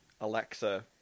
Alexa